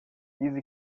easy